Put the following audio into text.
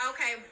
Okay